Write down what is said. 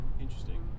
interesting